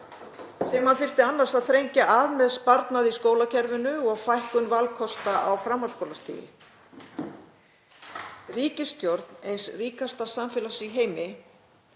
sem þyrfti annars að þrengja að með sparnaði í skólakerfinu og fækkun valkosta á framhaldsskólastigi. Ríkisstjórn eins ríkasta samfélags í heimi